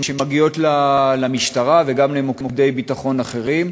שמגיעות למשטרה וגם למוקדי ביטחון אחרים,